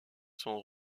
sont